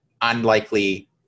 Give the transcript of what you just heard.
unlikely